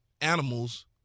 animals